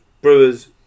Brewer's